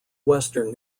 western